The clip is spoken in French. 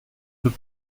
peut